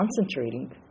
concentrating